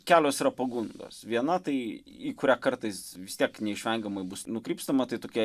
kelios yra pagundos viena tai į kurią kartais vis tiek neišvengiamai bus nukrypstama tai tokia